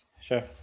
Sure